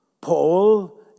Paul